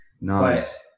Nice